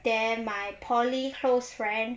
then my poly close friend